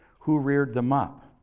who reared them up?